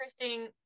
interesting